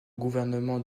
gouvernement